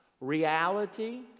reality